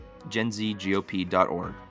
genzgop.org